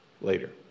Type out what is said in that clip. later